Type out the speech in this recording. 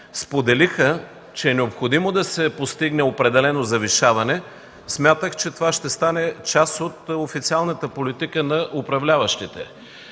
споделиха, че е необходимо да се постигне определено завишаване, смятах, че това ще стане част от официалната политика на управляващите.